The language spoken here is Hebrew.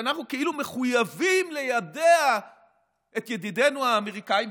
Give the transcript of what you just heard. שאנחנו כאילו מחויבים ליידע את ידידינו האמריקאים,